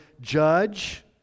judge